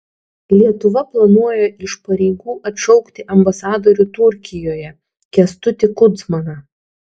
lietuva planuoja iš pareigų atšaukti ambasadorių turkijoje kęstutį kudzmaną